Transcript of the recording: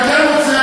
אני כן רוצה,